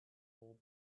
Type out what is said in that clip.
will